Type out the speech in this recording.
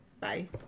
Bye